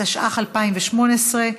התשע"ח 2018,